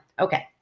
Okay